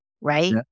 right